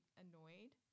annoyed